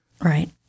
Right